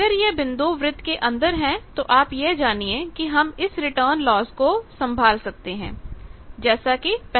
अगर यह बिंदु वृत्त के अंदर है तो आप यह जानिए कि हम इस रिटर्न लॉस को संभाल सकते हैं जैसा कि पहले था